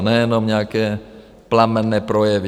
Nejenom nějaké plamenné projevy.